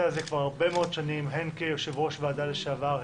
הזה כבר הרבה מאוד שנים הן כיושב-ראש ועדה לשעבר,